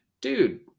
dude